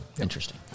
Interesting